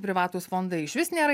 privatūs fondai išvis nėra